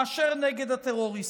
מאשר נגד הטרוריסטים.